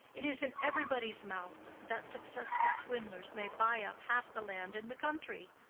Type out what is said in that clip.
it is in everybody's mouth that successful swindlers may buy up half the land in the country.